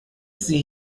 sie